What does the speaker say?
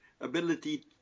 ability